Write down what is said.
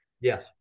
Yes